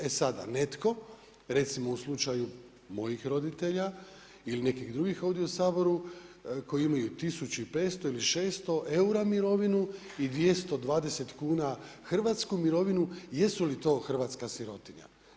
E sada netko, recimo u slučaju mojih roditelja ili nekih drugih ovdje u Saboru koji imaju 1500 ili 1600 eura mirovinu i 220 kuna hrvatsku mirovinu jesu li to hrvatska sirotinja.